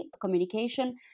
communication